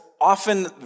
often